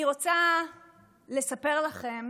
אני רוצה לספר לכם